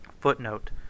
Footnote